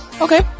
Okay